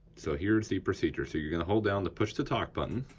so here's the procedure. so you're gonna hold down the push to talk button,